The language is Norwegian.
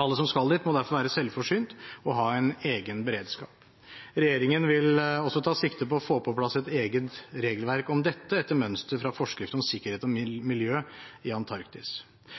Alle som skal dit, må derfor være selvforsynt og ha en egen beredskap. Regjeringen vil også ta sikte på å få på plass et eget regelverk om dette etter mønster fra forskrift om miljøvern og sikkerhet i Antarktis.